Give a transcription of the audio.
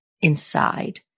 inside